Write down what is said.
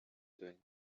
doing